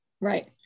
Right